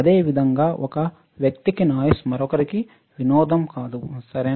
అదేవిధంగా ఒక వ్యక్తికి నాయిస్ మరొకరికి వినోదం కాదు సరేన